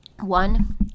One